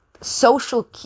social